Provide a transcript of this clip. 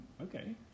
okay